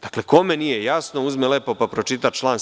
Dakle, kome nije jasno, uzme lepo, pa pročita član 17.